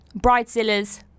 Bridezilla's